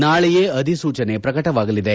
ನಾಳೆಯೇ ಅಧಿಸೂಚನೆ ಪ್ರಕಟವಾಗಲಿದೆ